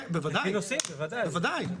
כן, בוודאי.